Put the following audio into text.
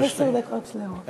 עשר דקות שלמות.